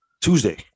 Tuesday